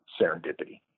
serendipity